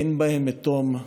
אין בהם מתום,